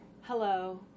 Hello